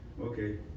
Okay